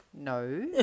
No